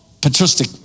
patristic